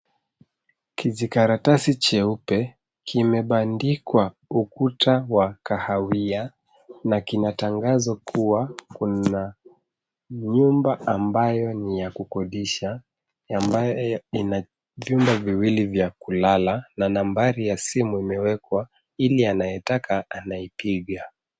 Kijikaratasi cheupe kimebandikwa ukuta wa kahawia na kinatangazwa kuwa kuna nyumba ambayo ni ya kukodisha ambayo ina vyumba viwili vya kulala na nambari ya simu imewekwa ili anayetaka anaipiga.